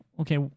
okay